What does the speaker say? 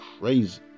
crazy